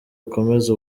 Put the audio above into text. ukomeze